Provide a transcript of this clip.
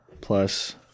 Plus